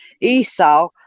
Esau